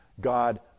God